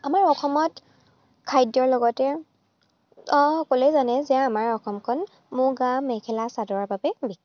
আমাৰ অসমত খাদ্যৰ লগতে অঁ সকলোৱে জানে যে আমাৰ অসমখন মুগা মেখেলা চাদৰৰ বাবে বিখ্য়াত